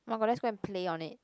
oh-my-god let's go and play on it